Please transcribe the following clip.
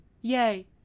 yay